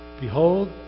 Behold